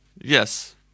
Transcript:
Yes